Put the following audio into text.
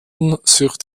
sich